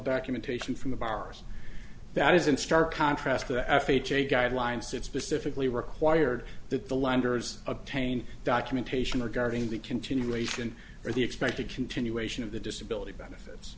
documentation from the bars that is in stark contrast to the f h a guidelines that specifically required that the lenders obtain documentation regarding the continuation or the expected continuation of the disability benefits